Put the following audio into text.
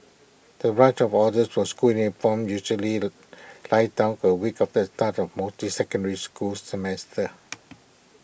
the rush of orders for school uniforms usually dies down A week after the start of most secondary school semesters